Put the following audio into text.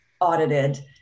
audited